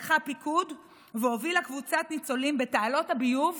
לקחה פיקוד והובילה קבוצת ניצולים בתעלות הביוב